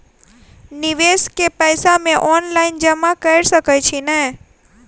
निवेश केँ पैसा मे ऑनलाइन जमा कैर सकै छी नै?